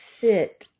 sit